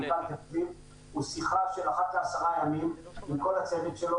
--- עם כל הצוות שלו.